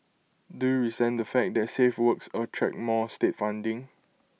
do you resent the fact that safe works attract more state funding